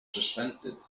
suspended